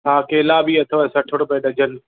हा केला बि अथव सठि रुपिये डज़न